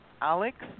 Alex